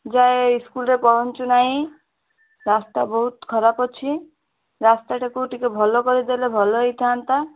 ଯାଏଁ ସ୍କୁଲ୍ରେ ପହଞ୍ଚୁ ନାଇଁ ରାସ୍ତା ବହୁତ ଖରାପ ଅଛି ରାସ୍ତାଟାକୁ ଟିକେ ଭଲ କରିଦେଲେ ଭଲ ହୋଇଥାନ୍ତା